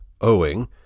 owing